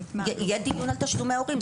יהיה דיון על תשלומי הורים.